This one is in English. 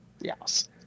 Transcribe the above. Yes